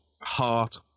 heart